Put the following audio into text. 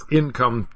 income